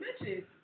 bitches